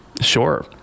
Sure